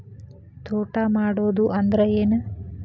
ತೋಟ ಮಾಡುದು ಅಂದ್ರ ಏನ್?